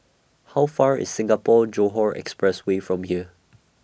How Far IS Singapore Johore Express Way from here